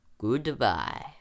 goodbye